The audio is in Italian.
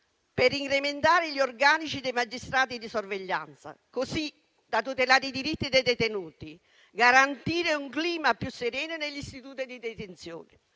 per incrementare gli organici dei magistrati di sorveglianza, così da tutelare i diritti dei detenuti e garantire un clima più sereno negli istituti di detenzione.